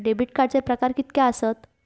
Debit कार्डचे प्रकार कीतके आसत?